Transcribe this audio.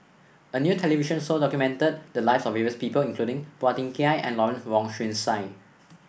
a new television show documented the lives of various people including Phua Thin Kiay and Lawrence Wong Shyun Tsai